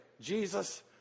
Jesus